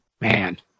Man